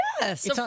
yes